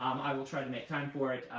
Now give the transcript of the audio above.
i will try to make time for it.